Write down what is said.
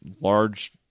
large